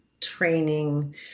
training